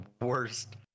worst